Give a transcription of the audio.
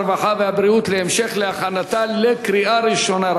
הרווחה והבריאות להמשך הכנתה לקריאה ראשונה,